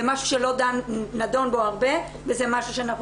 זה משהו שלא נדון בו הרבה וזה משהו שאנחנו